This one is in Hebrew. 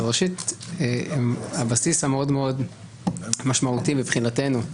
ראשית, הבסיס המאוד-מאוד משמעותי, מבחינתנו,